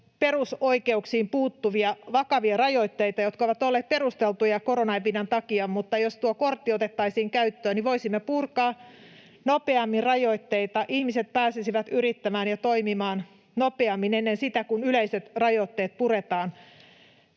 perusoikeuksiin puuttuvia vakavia rajoitteita, jotka ovat olleet perusteltuja koronaepidemian takia. Jos tuo kortti otettaisiin käyttöön, niin voisimme purkaa nopeammin rajoitteita, ihmiset pääsisivät yrittämään ja toimimaan nopeammin, ennen sitä, kun yleiset rajoitteet puretaan.